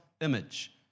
image